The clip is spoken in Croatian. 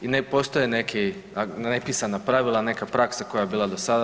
I ne postoje neki nepisana pravila, neka praksa koja je bila do sada.